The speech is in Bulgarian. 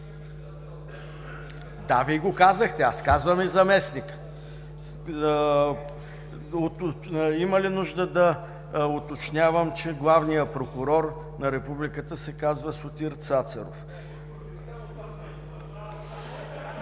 Да, Вие го казахте. Аз казвам: „и заместник”. Има ли нужда да уточнявам, че главният прокурор на Републиката се казва Сотир Цацаров?